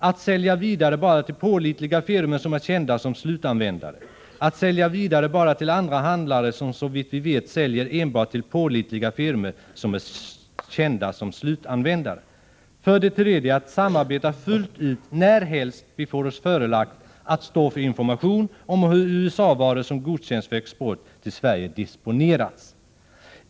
Att sälja vidare bara till pålitliga firmor som är kända som slutanvändare; att sälja vidare bara till andra handlare som såvitt vi vet säljer enbart till pålitliga firmor som är kända som slutanvändare. 3. Att samarbeta fullt ut när helst vi får oss förelagt att stå för information om hur USA-varor som godkänts för export till Sverige disponerats.